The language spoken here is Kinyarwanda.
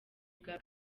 bwa